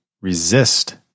resist